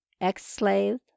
ex-slave